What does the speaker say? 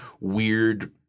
weird –